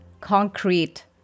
concrete